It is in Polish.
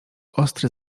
ostry